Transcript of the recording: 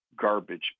garbage